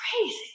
crazy